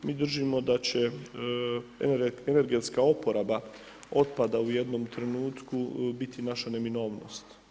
Mi držimo da će energetska oporaba otpada u jednom trenutku biti naša neminovnost.